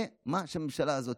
זה מה שהממשלה הזאת